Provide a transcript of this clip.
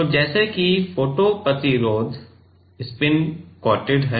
तो जैसे की फोटो प्रतिरोध स्पिन कोटेड है